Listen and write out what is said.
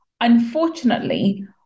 unfortunately